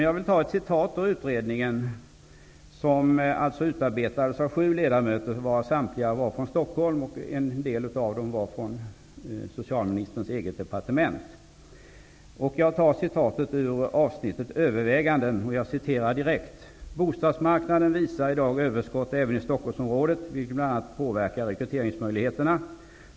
Jag vill citera utredningen, som utarbetades av sju ledamöter, samtliga från Stockholm och en del från socialministerns eget departement. Jag tar citatet ur avsnittet Överväganden. ''Bostadsmarknaden visar i dag överskott även i Stockholmsområdet vilket bl.a. påverkar rekryteringsmöjligheterna.